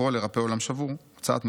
בספרו 'לרפא עולם שבור' (הוצאת מגיד,